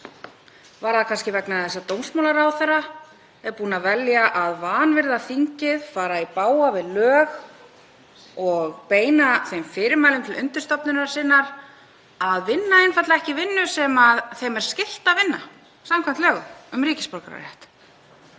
Er það kannski vegna þess að dómsmálaráðherra er búinn að velja að vanvirða þingið, fara í bága við lög og beina þeim fyrirmælum til undirstofnunar sinnar að vinna einfaldlega ekki vinnu sem henni er skylt að vinna samkvæmt lögum um ríkisborgararétt?